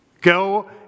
Go